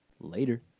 later